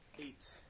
Eight